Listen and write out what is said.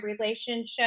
relationship